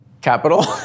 capital